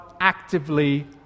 actively